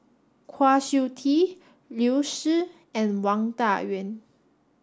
Kwa Siew Tee Liu Si and Wang Dayuan